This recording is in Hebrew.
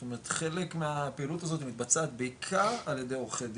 זאת אומרת חלק מהפעילות הזאת מתבצעת בעיקר על ידי עורכי דין,